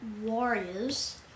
Warriors